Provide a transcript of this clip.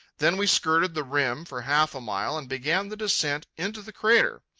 then we skirted the rim for half a mile and began the descent into the crater.